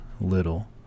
little